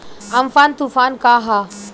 Amphan तुफान का ह?